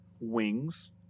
Wings